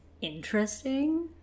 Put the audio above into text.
interesting